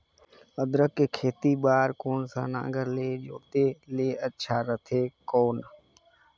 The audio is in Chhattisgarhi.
अदरक के खेती बार कोन सा नागर ले जोते ले अच्छा रथे कौन?